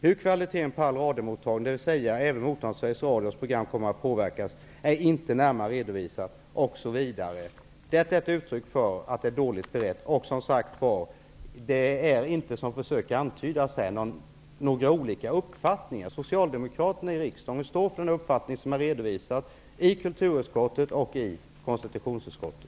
Hur kvaliteten på all radiomottagning, dvs. även mottagning av Sveriges Radios program, kommer att påverkas är inte närmare redovisat.'' Detta är ett uttryck för att ärendet är dåligt berett. Och som sagt var: det råder inte som här försöker antydas några olika uppfattningar. Socialdemokraterna i riksdagen står bakom den uppfattning som är redovisad i kulturutskottet och i konstitutionsutskottet.